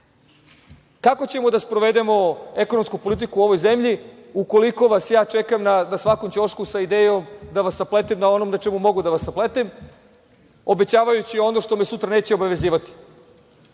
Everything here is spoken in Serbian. kako ćemo da sprovedemo ekonomsku politiku u ovoj zemlji ukoliko vas ja čekam na svakom ćošku sa idejom da vas sapletem na onom na čemu mogu da vas sapletem obećavajući ono što me sutra neće obavezivati.